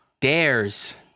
dares